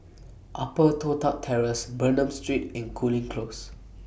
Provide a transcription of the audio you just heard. Upper Toh Tuck Terrace Bernam Street and Cooling Close